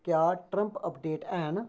क्या Trump update हैन